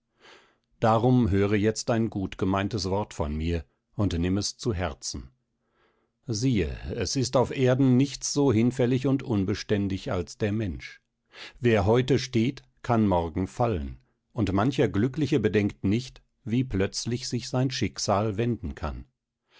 darum höre jetzt ein gut gemeintes wort von mir und nimm es zu herzen siehe es ist auf erden nichts so hinfällig und unbeständig als der mensch wer heute steht kann morgen fallen und mancher glückliche bedenkt nicht wie plötzlich sich sein schicksal wenden kann